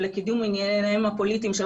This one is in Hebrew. לפי הנהלים הקיימים,